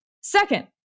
Second